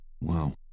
Wow